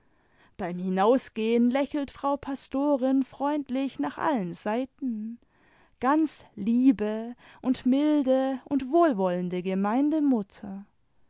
beim hinausgehen lächelt frau pastorin freundlich nach allen seiten ganz liebe und milde und wohlwollende